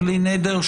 בלי נדר,